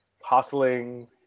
hustling